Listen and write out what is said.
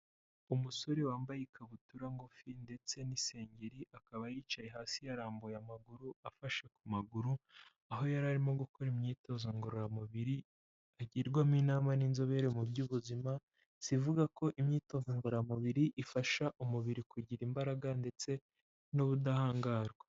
Umusore wambaye ikabutura ngufi ndetse n'isengeri akaba yicaye hasi yarambuye amaguru afashe ku maguru, aho yari arimo gukora imyitozo ngororamubiri agirwamo inama n'inzobere mu by'ubuzima zivuga ko imyitozo ngororamubiri ifasha umubiri kugira imbaraga ndetse n'ubudahangarwa.